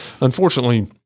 unfortunately